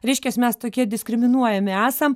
reiškias mes tokie diskriminuojami esam